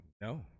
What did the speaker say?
no